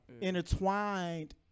intertwined